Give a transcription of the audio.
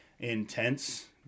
intense